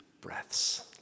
breaths